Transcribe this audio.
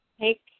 take